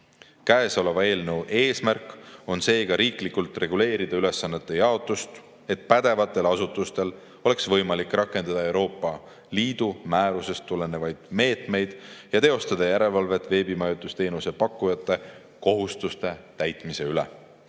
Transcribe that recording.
Käesoleva eelnõu eesmärk on seega riiklikult reguleerida ülesannete jaotust, et pädevatel asutustel oleks võimalik rakendada Euroopa Liidu määrusest tulenevaid meetmeid ja teostada järelevalvet veebimajutusteenuse pakkujate kohustuste täitmise üle.